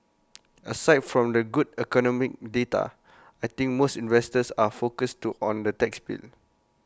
aside from the good economic data I think most investors are focused to on the tax bill